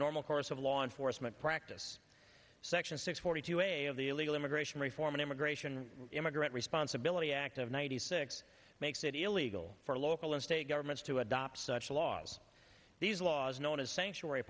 normal course of law enforcement practice section six hundred two a of the illegal immigration reform an immigration immigrant responsibility act of ninety six makes it illegal for local and state governments to adopt such laws these laws known as sanctuary